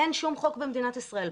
אין שום חוק במדינת ישראל,